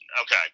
Okay